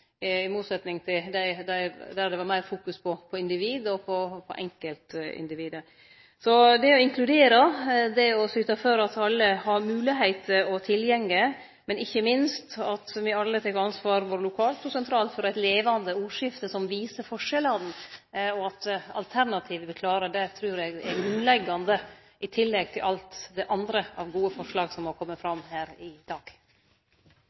var meir fokus på enkeltindividet. Å inkludere, å syte for at folk har moglegheit og tilgjenge, og ikkje minst at vi alle tek ansvar både lokalt og sentralt for eit levande ordskifte som viser forskjellane, og at alternativa er klare, trur eg er grunnleggjande, i tillegg til alt anna av gode forslag som har kome fram her i dag.